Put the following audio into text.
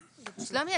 שלומי,